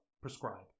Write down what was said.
prescribe